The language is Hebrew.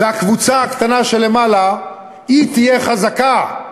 והקבוצה הקטנה שלמעלה תהיה חזקה,